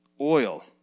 oil